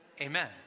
Amen